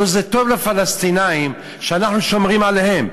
הלוא זה טוב לפלסטינים שאנחנו שומרים עליהם.